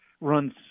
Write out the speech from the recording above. runs